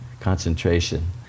concentration